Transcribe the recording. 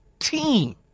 team